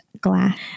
glass